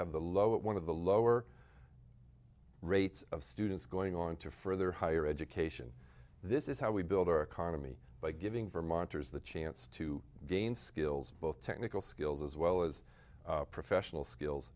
have the low it one of the lower rates of students going on to further higher education this is how we build our economy by giving vermonters the chance to gain skills both technical skills as well as professional skills